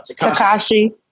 Takashi